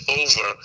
over